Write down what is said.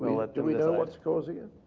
like do we know what's causing it?